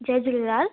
Jay Jhulelal